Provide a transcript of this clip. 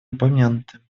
упомянуты